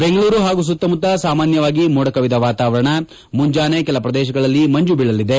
ಬೆಂಗಳೂರು ಹಾಗೂ ಸುತ್ತಮುತ್ತ ಸಾಮಾನ್ಯವಾಗಿ ಮೋಡಕವಿದ ವಾತಾವರಣ ಮುಂಜಾನೆ ಕೆಲ ಪ್ರದೇಶಗಳಲ್ಲಿ ಮಂಜು ಬೀಳಲಿದೆ